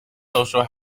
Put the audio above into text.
social